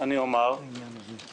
הוא לא יביא אותי